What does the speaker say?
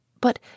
But